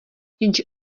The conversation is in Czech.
jenže